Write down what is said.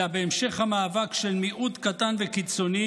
אלא בהמשך המאבק של מיעוט קטן וקיצוני